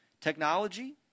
technology